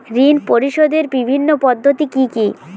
ঋণ পরিশোধের বিভিন্ন পদ্ধতি কি কি?